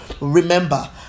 Remember